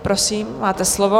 Prosím, máte slovo.